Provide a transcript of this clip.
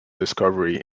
discovery